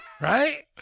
Right